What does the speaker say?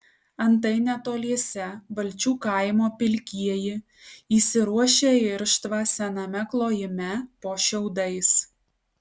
antai netoliese balčių kaimo pilkieji įsiruošę irštvą sename klojime po šiaudais